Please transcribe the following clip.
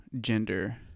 gender